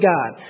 God